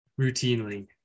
routinely